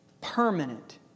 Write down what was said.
permanent